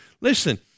Listen